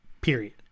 period